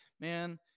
man